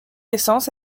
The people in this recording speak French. essence